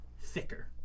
thicker